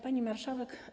Pani Marszałek!